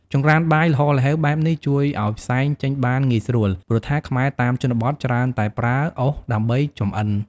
ចង្ក្រានបាយល្ហល្ហេវបែបនេះជួយឱ្យផ្សែងចេញបានងាយស្រួល ព្រោះថាខ្មែរតាមជនបទច្រើនតែប្រើអុសដើម្បីចម្អិន។